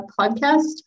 podcast